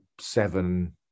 seven